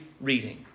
reading